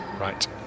right